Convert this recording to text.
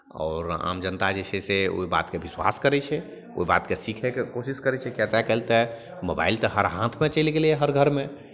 आओर आम जनता जे छै से ओहि बातके विश्वास करै छै ओहि बातकेँ सीखयके कोशिश करै छै किएक तऽ आइ काल्हि तऽ मोबाइल तऽ हर हाथमे चलि गेलै हर घरमे